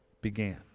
began